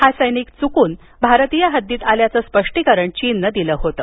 हा समिक चुकून भारतीय हद्दीत आल्याचं स्पष्टीकरण चीननं दिलं होतं